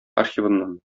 архивыннан